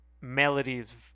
melodies